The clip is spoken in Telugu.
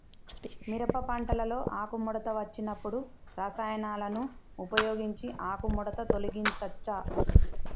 మిరప పంటలో ఆకుముడత వచ్చినప్పుడు రసాయనాలను ఉపయోగించి ఆకుముడత తొలగించచ్చా?